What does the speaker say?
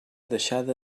deixada